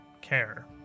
care